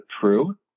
true